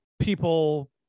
people